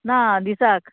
ना दिसाक